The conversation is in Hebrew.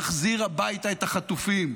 נחזיר הביתה את החטופים,